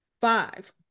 Five